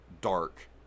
dark